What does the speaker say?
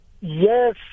Yes